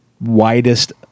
widest